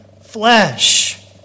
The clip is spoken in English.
flesh